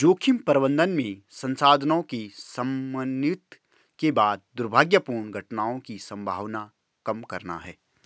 जोखिम प्रबंधन में संसाधनों के समन्वित के बाद दुर्भाग्यपूर्ण घटनाओं की संभावना कम करना है